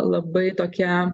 labai tokia